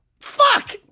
Fuck